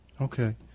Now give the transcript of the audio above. Okay